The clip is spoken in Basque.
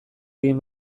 egin